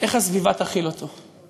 איך הסביבה תכיל אותו?